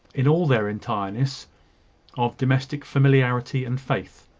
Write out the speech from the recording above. in all their entireness of domestic familiarity and faith.